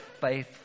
faith